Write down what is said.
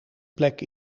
plek